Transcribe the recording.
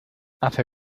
hace